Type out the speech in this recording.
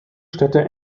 städte